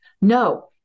No